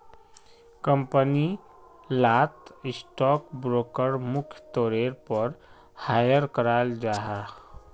company लात stock broker मुख्य तौरेर पोर हायर कराल जाहा